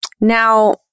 Now